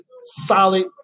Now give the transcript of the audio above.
solid